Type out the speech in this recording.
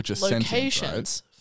locations